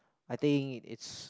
I think it it's